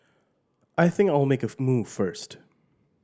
I think I will make a move first